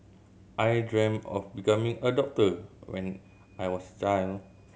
I dream of becoming a doctor when I was a child